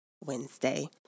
Wednesday